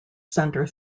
center